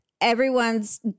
everyone's